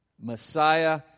Messiah